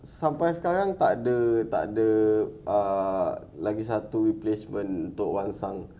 sampai sekarang takde takde ah lagi satu placement untuk orang